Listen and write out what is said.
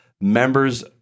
members